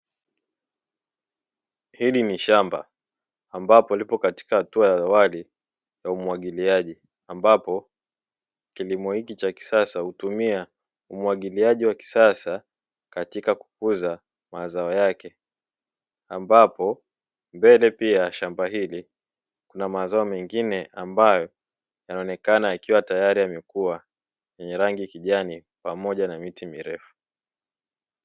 Hili ni shamba ambapo lipo katika hatua ya awali ya umwagiliaji ambapo kilimo hiki cha kisasa hutumia umwagiliaji wa kisasa katika kukuza mazao yake, ambapo mbele pia ya shamba hili kuna mazao mengine ambayo yanaonekana yakiwa tayari yamekua yenye rangi ya kijani pamoja na miti mirefu.